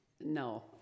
no